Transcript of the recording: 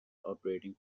operating